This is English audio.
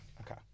Okay